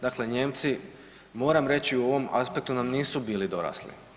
Dakle, Nijemci moram reći u ovom aspektu nam nisu bili dorasli.